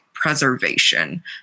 preservation